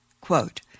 Quote